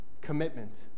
commitment